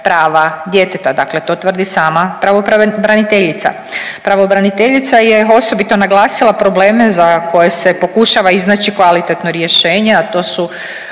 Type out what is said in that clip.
prava djeteta, dakle to tvrdi sama pravobraniteljica. Pravobraniteljica je osobito naglasila probleme za koje se pokušava iznaći kvalitetno rješenje, a to su